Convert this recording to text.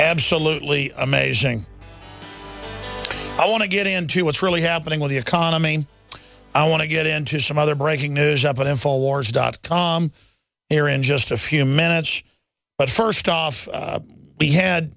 absolutely amazing i want to get into what's really happening with the economy i want to get into some other breaking news happening for wars dot com air in just a few minutes but first off we had